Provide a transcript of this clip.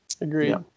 Agreed